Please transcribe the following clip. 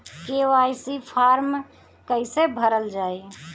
KYC form कइसे भरल जाइ?